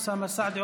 אוסאמה סעדי,